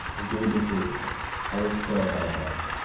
agree between you i will spare my hand.